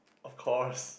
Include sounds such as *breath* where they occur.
of course *breath*